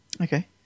Okay